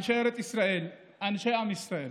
אנשי ארץ ישראל, אנשי עם ישראל.